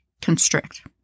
constrict